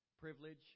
privilege